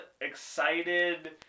excited